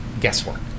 guesswork